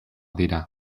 dira